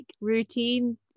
routine